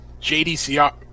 JDCR